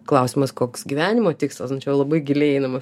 klausimas koks gyvenimo tikslas nu čia jau labai giliai einama